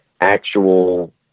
actual